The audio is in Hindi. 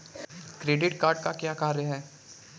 क्रेडिट कार्ड का क्या कार्य है?